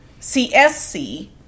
CSC